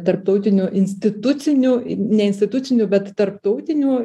tarptautinių institucinių ne institucinių bet tarptautinių